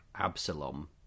Absalom